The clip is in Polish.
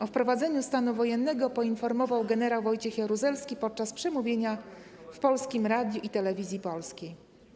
O wprowadzeniu stanu wojennego poinformował gen. Wojciech Jaruzelski podczas przemówienia w Polskim Radiu i Telewizji Polskiej.